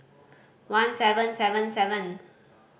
one seven sevent seven